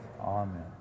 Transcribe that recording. amen